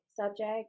subject